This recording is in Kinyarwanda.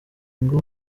ngo